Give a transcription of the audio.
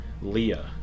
Leah